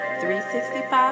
365